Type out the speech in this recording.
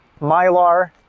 Mylar